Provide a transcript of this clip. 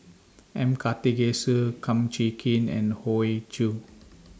M Karthigesu Kum Chee Kin and Hoey Choo